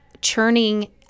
churning